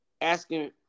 Asking